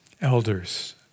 Elders